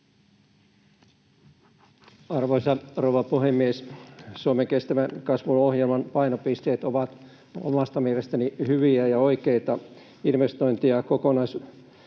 Arvoisa rouva puhemies! Suomen kestävän kasvun ohjelman painopisteet ovat omasta mielestäni hyviä ja oikeita investointeja.